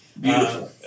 Beautiful